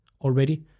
already